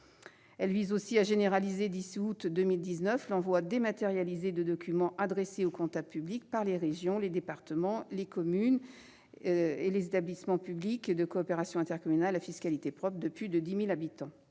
loi vise aussi à généraliser d'ici au mois d'août 2019 l'envoi dématérialisé des documents adressés au comptable public par les régions, les départements, les communes et les établissements publics de coopération intercommunale à fiscalité propre de plus de 10 000 habitants.